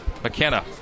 McKenna